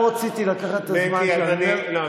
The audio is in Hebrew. אני לא רציתי לקחת את הזמן, לא.